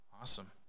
Awesome